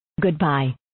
Goodbye